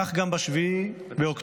כך גם ב-7 באוקטובר,